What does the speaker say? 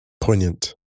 Poignant